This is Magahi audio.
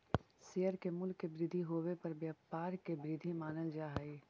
शेयर के मूल्य के वृद्धि होवे पर व्यापार के वृद्धि मानल जा हइ